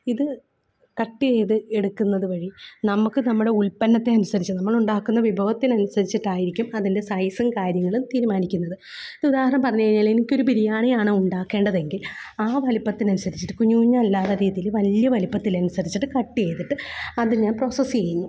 ഇത് കട്ട് ചെയ്ത് എടുക്കന്നത് വഴി നമ്മൾക്ക് നമ്മുടെ ഉല്പ്പന്നത്തിനനുസരിച്ച് നമ്മളുണ്ടാക്കുന്ന വിഭവത്തിന് അനുസരിച്ചിട്ടായിരിക്കും അതിന്റെ സൈസും കാര്യങ്ങളും തീരുമാനിക്കുന്നത് ഒരു ഉദാഹരണം പറഞ്ഞു കഴിഞ്ഞാൽ എനിക്കൊരു ബിരിയാണിയാണ് ഉണ്ടാക്കേണ്ടതെങ്കില് ആ വലിപ്പത്തിനനുസരിച്ചിട്ട് കുഞ്ഞു കുഞ്ഞല്ലാത്ത രീതിയിൽ വലിയ വലിപ്പത്തിനനുസരിച്ചിട്ട് കട്ട് ചെയ്തിട്ട് അത് ഞാന് പ്രോസസ്സ് ചെയ്യുന്നു